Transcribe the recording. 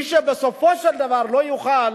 מי שבסופו של דבר לא יוכל,